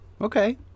Okay